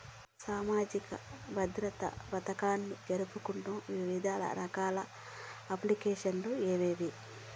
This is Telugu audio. సామాజిక భద్రత పథకాన్ని జరుపుతున్న వివిధ రకాల అప్లికేషన్లు ఏమేమి?